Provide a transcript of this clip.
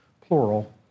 plural